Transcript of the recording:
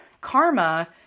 karma